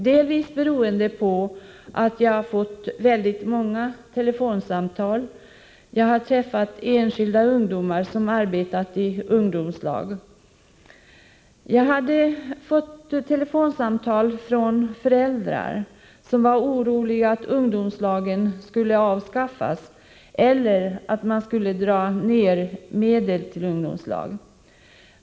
Den hade jag delvis fått genom de många telefonsamtal jag haft och när jag träffat enskilda ungdomar som arbetat i ungdomslag. Jag har fått telefonsamtal från föräldrar som varit oroliga för att ungdomslagen skulle avskaffas eller att man skulle minska anslagen till dem.